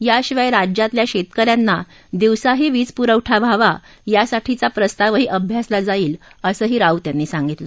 याशिवाय राज्यातल्या शेतकऱ्यांना दिवसाही वीज पुरवठा व्हावा यासाठीचा प्रस्तावही अभ्यासला जाईल असंही राऊत यांनी सांगितलं